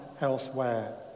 elsewhere